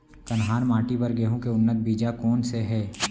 कन्हार माटी बर गेहूँ के उन्नत बीजा कोन से हे?